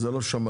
זה לא שמעתי,